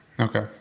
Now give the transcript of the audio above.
Okay